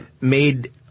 made